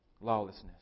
Lawlessness